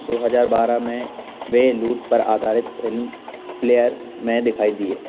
दो हज़ार बारह में वे लूट पर आधारित फ़िल्म प्लेयर्स में दिखाई दिए